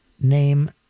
Name